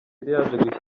yari